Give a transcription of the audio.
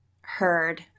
heard